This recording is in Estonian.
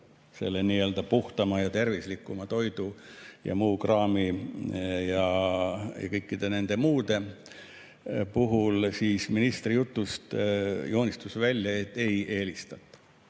selle nii-öelda puhtama ja tervislikuma toidu ja muu kraami ja kõige muu puhul, siis ministri jutust joonistus välja, et ei eelistata.